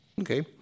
Okay